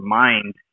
mind